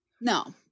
No